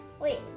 wait